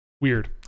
weird